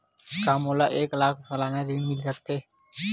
का मोला एक लाख सालाना ऋण मिल सकथे?